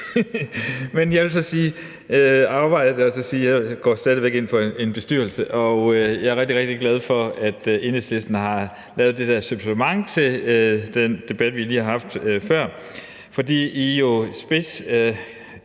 her 3-4 timers debat. Jeg vil så sige, at jeg stadig væk går ind for en bestyrelse, og jeg er rigtig, rigtig glad for, at Enhedslisten har lavet det der supplement til den debat, vi lige har haft før, fordi I jo sætter